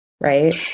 Right